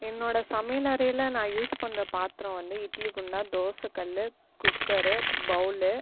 என்னோடு சமையல் அறையில் நான் யூஸ் பண்ணுற பாத்திரம் வந்து இட்லி குண்டான் தோசை கல்லு குக்கரு பவுலு